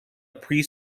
pre